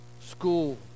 school